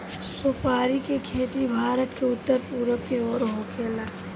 सुपारी के खेती भारत के उत्तर पूरब के ओर होखेला